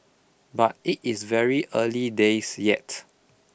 but it is very early days yet